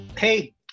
Hey